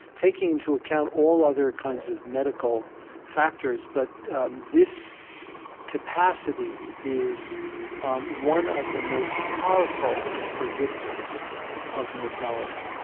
taking into account all other kinds of medical factors. but this capacity is um one of the most powerful predictors of mortality,